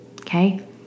okay